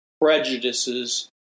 prejudices